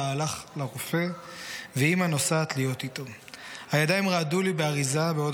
הלך לרופא ואימא / נוסעת להיות איתו // הידיים רעדו לי באריזה בעוד